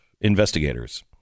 investigators